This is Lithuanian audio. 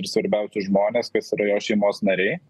ir svarbiausi žmonės kas yra jo šeimos nariai